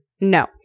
No